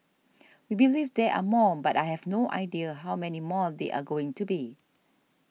we believe there are more but I have no idea how many more there are going to be